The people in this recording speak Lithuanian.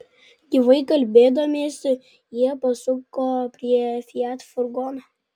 gyvai kalbėdamiesi jie pasuko prie fiat furgono